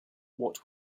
what